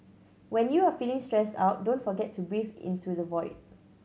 when you are feeling stressed out don't forget to breathe into the void